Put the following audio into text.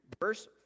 verse